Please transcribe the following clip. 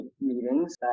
meetings